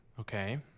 Okay